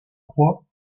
croix